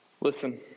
Listen